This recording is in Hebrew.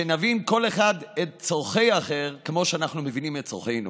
שנבין כל אחד את צורכי האחר כמו שאנחנו מבינים את צרכינו.